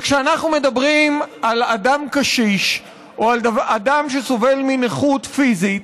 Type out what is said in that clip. כשאנחנו מדברים על אדם קשיש או על אדם שסובל מנכות פיזית,